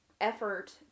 effort